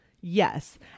Yes